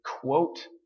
quote